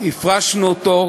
הפרשנו אותו,